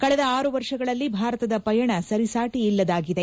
ಕಳೆದ ಆರು ವರ್ಷಗಳಲ್ಲಿ ಭಾರತದ ಪಯಣ ಸರಿಸಾಟಿಯಿಲ್ಲದಾಗಿದೆ